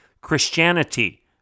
Christianity